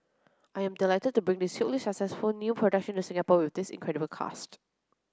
I am delighted to bring this hugely successful new production to Singapore with this incredible cast